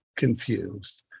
Confused